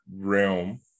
realm